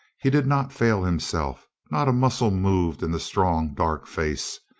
he did not fail him self. not a muscle moved in the strong dark face.